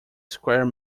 square